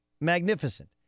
Magnificent